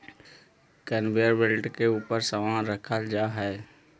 conveyor belt के ऊपर समान रखल जा हई